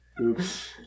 Oops